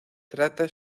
trata